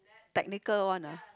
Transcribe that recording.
technical one ah